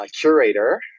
Curator